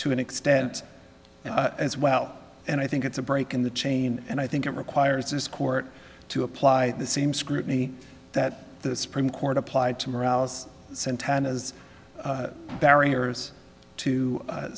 to an extent as well and i think it's a break in the chain and i think it requires this court to apply the same scrutiny that the supreme court applied to morales santana's barriers to